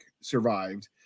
survived